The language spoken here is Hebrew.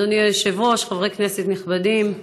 אדוני היושב-ראש, חברי כנסת נכבדים,